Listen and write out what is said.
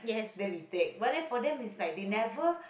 then we take what that for them is like they never